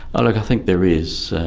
ah like i think there is.